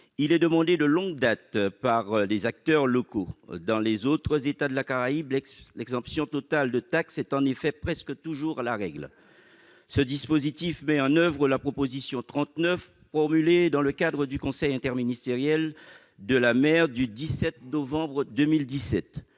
Il est demandé de longue date par les acteurs locaux, et pour cause : dans les autres États de la Caraïbe, l'exemption totale de taxes est presque toujours la règle. Ce dispositif met en oeuvre la mesure 39 présentée dans le cadre du conseil interministériel de la mer du 17 novembre 2017.